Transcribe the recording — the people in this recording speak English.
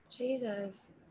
Jesus